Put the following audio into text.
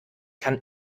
kann